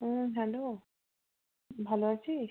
হুম hello ভালো আছিস